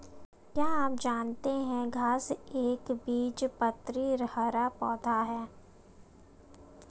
क्या आप जानते है घांस एक एकबीजपत्री हरा पौधा है?